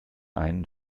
einen